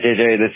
JJ